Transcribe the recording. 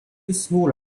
smaller